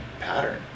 pattern